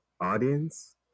audience